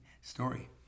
story